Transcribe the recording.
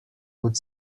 would